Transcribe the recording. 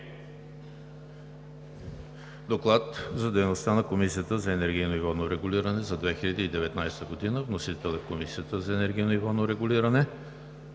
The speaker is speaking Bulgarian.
Доклад за дейността на Комисията за енергийно и водно регулиране за 2019 г., № 020-00-08, внесен от Комисията за енергийно и водно регулиране